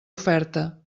oferta